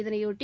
இதனையொட்டி